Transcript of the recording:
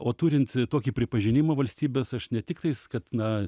o turint tokį pripažinimą valstybės aš ne tiktais kad na